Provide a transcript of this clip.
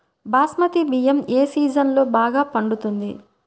బాస్మతి బియ్యం ఏ సీజన్లో బాగా పండుతుంది?